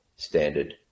standard